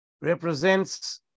represents